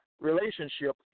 relationship